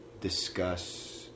discuss